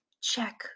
check